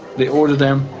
they ordered them,